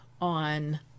on